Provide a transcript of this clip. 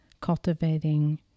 cultivating